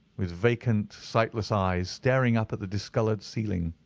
with vacant sightless eyes staring up at the discoloured ceiling.